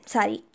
Sorry